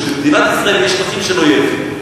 שבמדינת ישראל יש שטחים של אויב.